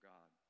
God